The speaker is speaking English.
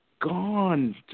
gone